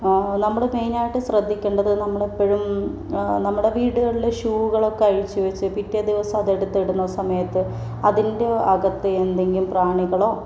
നമ്മള് മെയിനായിട്ട് ശ്രദ്ധിക്കേണ്ടത് നമ്മള് എപ്പോഴും നമ്മുടെ വീടുകളില് ഷൂകളൊക്കെ അഴിച്ചുവച്ച് പിറ്റേദിവസം അത് എടുത്തിടുന്ന സമയത്ത് അതിൻ്റെ അകത്ത് എന്തെങ്കിലും പ്രാണികളോ